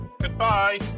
Goodbye